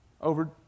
over